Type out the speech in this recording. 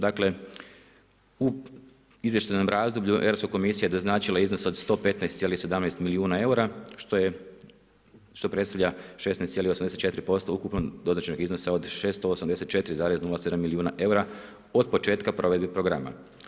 Dakle u izvještajnom razdoblju Europska komisija je doznačila iznos od 115,17 milijuna eura što predstavlja 16,84% ukupno doznačenog iznosa od 684,07 milijuna eura od početka provedbe programa.